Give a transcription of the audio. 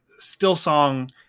Stillsong